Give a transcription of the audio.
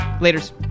Later's